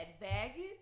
baggage